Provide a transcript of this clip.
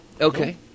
Okay